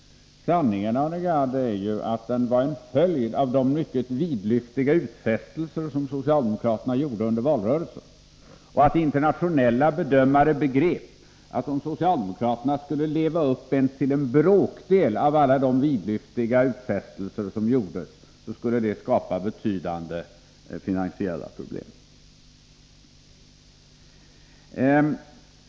Sanningen, Arne Gadd, är att den var en följd av de mycket vidlyftiga utfästelser som socialdemokraterna gjorde under valrörelsen och av att internationella bedömare begrep att det skulle bli betydande svårigheter för socialdemokraterna att leva upp ens till en bråkdel av alla dessa vidlyftiga utfästelser.